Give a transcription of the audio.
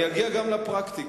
אני אגיע גם לפרקטיקה,